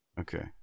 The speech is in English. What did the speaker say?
Okay